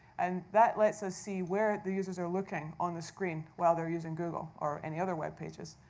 and that lets us see where the users are looking on the screen while they're using google or any other web pages.